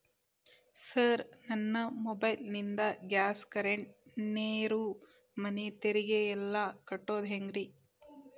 Sir ನನ್ನ mobile ನಿಂದ gas, current, ನೇರು, ಮನೆ ತೆರಿಗೆ ಎಲ್ಲಾ ಕಟ್ಟೋದು ಹೆಂಗ್ರಿ?